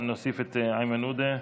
נוסיף את איימן עודה.